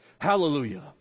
Hallelujah